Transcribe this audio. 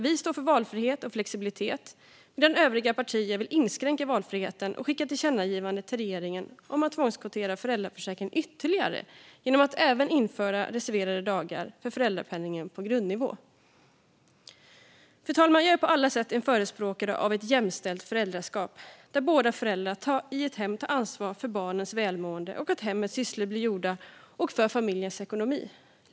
Vi står för valfrihet och flexibilitet, medan övriga partier vill inskränka valfriheten och skicka ett tillkännagivande till regeringen om att tvångskvotera föräldraförsäkringen ytterligare genom att även införa reserverade dagar för föräldrapenningen på grundnivå. Fru talman! Jag är på alla sätt förespråkare av ett jämställt föräldraskap där båda föräldrarna i ett hem tar ansvar för barnens välmående, för att hemmets sysslor blir gjorda och för familjens ekonomi.